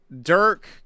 Dirk